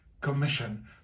Commission